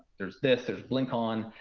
there's this, there's blinkon.